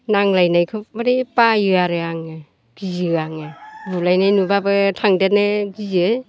नांज्लायनायखौब्लाथाय बायो आरो आङो गियो आङो बुलायनाय नुब्लाबो थांदेरनो गियो